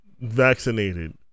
vaccinated